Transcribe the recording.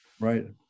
right